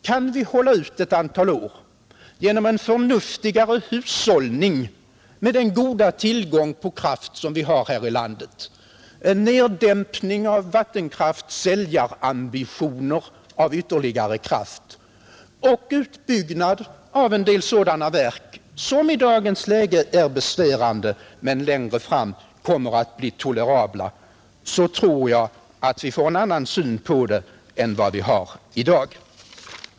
Kan vi hålla ut ett antal år, genom en förnuftigare hushållning med den relativt goda tillgång till kraft som vi har här i landet, en neddämpning av Vattenfalls säljarambitioner och utbyggnad av en del sådana verk som i dagens läge visserligen har besvärande utsläpp men som längre fram kommer att bli tolerabla, finns det förutsättningar för att läget skall bli ett annat.